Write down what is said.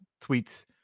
tweets